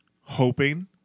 hoping